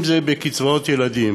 אם זה בקצבאות ילדים,